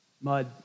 Mud